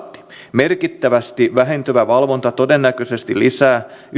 merkittävästi vähentyvä valvonta todennäköisesti lisää